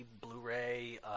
Blu-ray